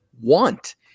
want